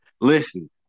listen